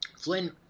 Flynn